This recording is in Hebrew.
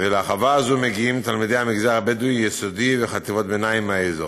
ולחווה הזו מגיעים תלמידי המגזר הבדואי מהיסודי ומחטיבות ביניים באזור.